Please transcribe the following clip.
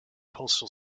postal